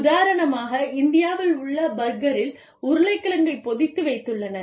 உதாரணமாக இந்தியாவில் உள்ள பர்கரில் உருளைக்கிழங்கை பொதித்து வைத்துள்ளனர்